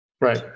Right